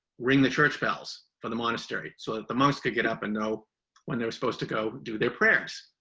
ring the church bells for the monastery. so, the monks could get up and know when they're supposed to go do their prayers.